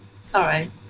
sorry